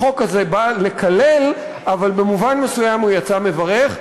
החוק הזה בא לקלל אבל במובן מסוים הוא יצא מברך,